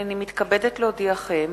הנני מתכבדת להודיעכם,